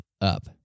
up